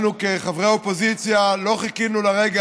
אנחנו כחברי האופוזיציה לא חיכינו לרגע